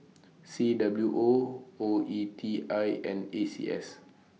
C W O O E T I and A C S